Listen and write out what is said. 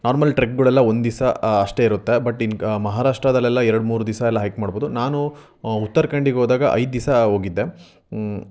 normal ಟ್ರೆಕ್ಗಳೆಲ್ಲ ಒಂದಿವ್ಸ ಅಷ್ಟೇ ಇರುತ್ತೆ ಬಟ್ ಇನ್ನು ಗ್ ಮಹಾರಾಷ್ಟ್ರದಲ್ಲೆಲ್ಲ ಎರಡು ಮೂರು ದಿವ್ಸ ಎಲ್ಲ ಹೈಕ್ ಮಾಡ್ಬೋದು ನಾನು ಉತ್ತರಾಖಂಡಿಗೆ ಹೋದಾಗ ಐದು ದಿವ್ಸ ಹೋಗಿದ್ದೆ